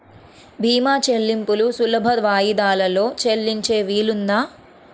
భీమా చెల్లింపులు సులభ వాయిదాలలో చెల్లించే వీలుందా?